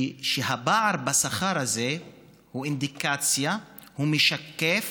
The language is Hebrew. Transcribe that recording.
והפער הזה בשכר הוא אינדיקציה, הוא משקף